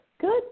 good